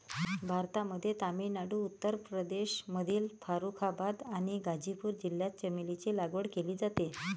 भारतामध्ये तामिळनाडू, उत्तर प्रदेशमधील फारुखाबाद आणि गाझीपूर जिल्ह्यात चमेलीची लागवड केली जाते